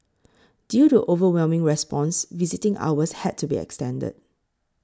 due to overwhelming response visiting hours had to be extended